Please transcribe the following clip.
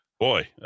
boy